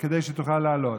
כדי שהיא תוכל לעלות.